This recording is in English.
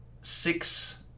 six